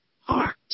heart